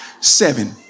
seven